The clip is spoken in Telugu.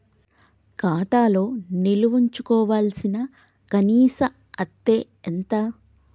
ఖాతా లో నిల్వుంచవలసిన కనీస అత్తే ఎంత?